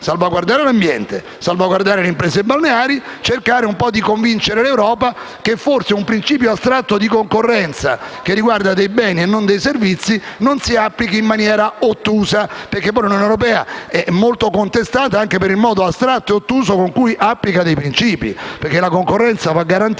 salvaguardare l'ambiente e le imprese balneari per cercare di convincere l'Europa affinché un principio astratto di concorrenza, che riguardi dei beni e non dei servizi, non fosse applicato in maniera ottusa. Infatti, l'Unione Europea è molto contestata anche per il modo astratto e ottuso con cui applica dei principi, perché la concorrenza va garantita,